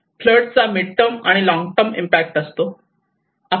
flood चा mid term आणि long term impact असतो